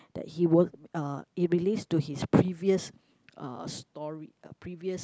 that he won't uh he believes to his previous uh story uh previous